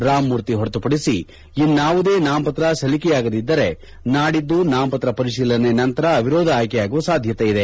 ರಾಮಮೂರ್ತಿ ಹೊರತುಪಡಿಸಿ ಇನ್ನಾವುದೇ ನಾಮಪತ್ರ ಸಲ್ಲಿಕೆಯಾಗದಿದ್ದರೆ ನಾಡಿದ್ದು ನಾಮಪತ್ರ ಪರಿಶೀಲನೆ ನಂತರ ಅವಿರೋಧ ಆಯ್ಕೆಯಾಗುವ ಸಾಧ್ಯತೆ ಇದೆ